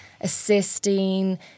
assisting